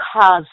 cause